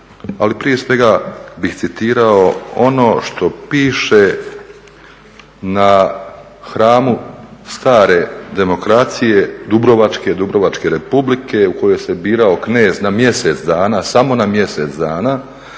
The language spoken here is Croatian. ali prije svega bih citirao ono što piše na hramu stare demokracije dubrovačke, Dubrovačke Republike u kojoj se birao knez na mjesec dana, samo na mjesec dana,